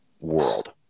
world